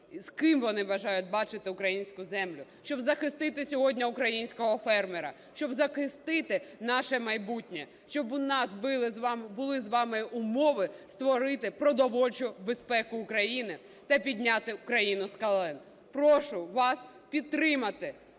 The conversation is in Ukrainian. з ким вони бажають бачити українську землю. Щоб захистити сьогодні українського фермера. Щоб захистити наше майбутнє. Щоб у нас були з вами умови створити продовольчу безпеку України та підняти Україну з колін. Прошу вас підтримати